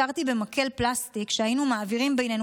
נזכרתי במקל פלסטיק שהיינו מעבירים בינינו